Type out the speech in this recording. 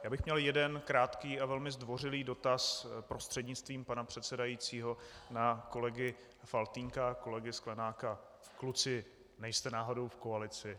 Měl bych jeden krátký a velmi zdvořilý dotaz prostřednictvím pane předsedajícího na kolegy Faltýnka, Sklenáka: Kluci, nejste náhodou v koalici?